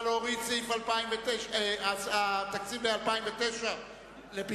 סעיף 76, תעשייה, לשנת 2009, נתקבל.